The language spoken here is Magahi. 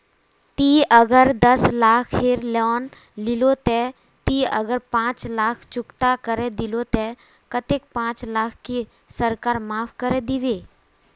ती अगर दस लाख खेर लोन लिलो ते ती अगर पाँच लाख चुकता करे दिलो ते कतेक पाँच लाख की सरकार माप करे दिबे?